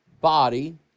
body